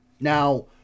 Now